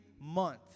month